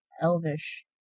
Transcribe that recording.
elvish